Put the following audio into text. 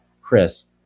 Chris